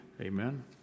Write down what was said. Amen